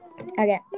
Okay